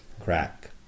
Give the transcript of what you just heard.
crack